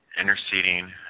Interceding